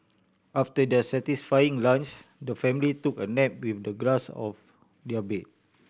after their satisfying lunch the family took a nap with the grass of their bed